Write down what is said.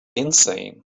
insane